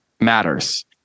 matters